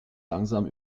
langsam